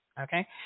okay